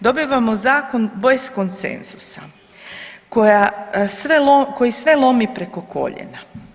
Dobivamo zakon bez konsenzusa koji sve lomi preko koljena.